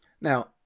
Now